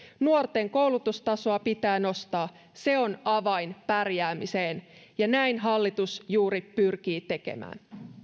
nuorten koulutustasoa pitää nostaa se on avain pärjäämiseen näin hallitus juuri pyrkii tekemään